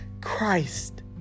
Christ